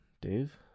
Dave